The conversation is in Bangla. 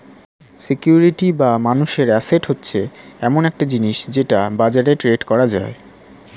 সিকিউরিটি বা মানুষের অ্যাসেট হচ্ছে এমন একটা জিনিস যেটা বাজারে ট্রেড করা যায়